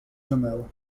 janela